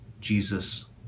Jesus